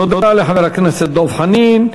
תודה לחבר הכנסת דב חנין.